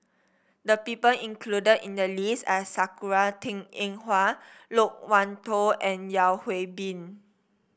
the people included in the list are Sakura Teng Ying Hua Loke Wan Tho and Yeo Hwee Bin